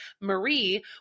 Marie